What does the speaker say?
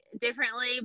differently